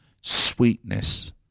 sweetness